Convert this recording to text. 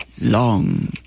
long